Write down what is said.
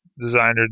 designer